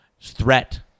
threat